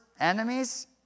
enemies